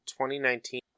2019